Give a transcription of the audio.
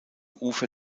ufer